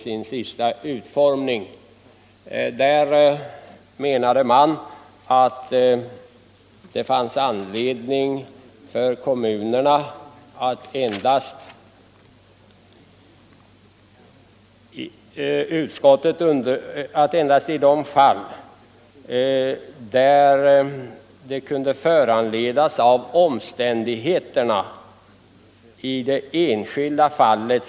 Man menade då att arrendetiden skulle få vara kortare än fem år endast när detta kunde föranledas av omständigheterna i det enskilda fallet.